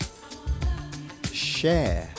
share